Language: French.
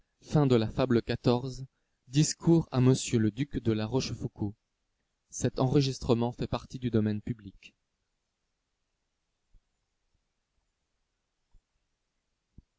xiv discours à monsieur le duc de la rochefoucauld